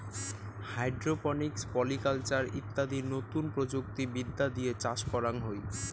hydroponics, polyculture ইত্যাদি নতুন প্রযুক্তি বিদ্যা দিয়ে চাষ করাঙ হই